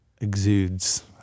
exudes